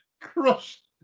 crushed